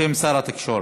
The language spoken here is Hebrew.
בשם שר התקשורת.